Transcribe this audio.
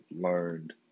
learned